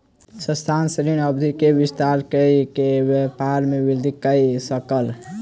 संस्थान, ऋण अवधि के विस्तार कय के व्यापार में वृद्धि कय सकल